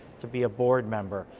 to be a board member.